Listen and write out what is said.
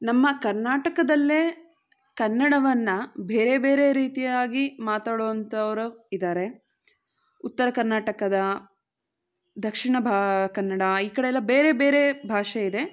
ನಮ್ಮ ಕರ್ನಾಟಕದಲ್ಲೇ ಕನ್ನಡವನ್ನು ಬೇರೆ ಬೇರೆ ರೀತಿಯಾಗಿ ಮಾತಾಡುವಂಥವರು ಇದ್ದಾರೆ ಉತ್ತರ ಕರ್ನಾಟಕದ ದಕ್ಷಿಣ ಭಾ ಕನ್ನಡ ಈ ಕಡೆಯೆಲ್ಲ ಬೇರೆ ಬೇರೆ ಭಾಷೆಯಿದೆ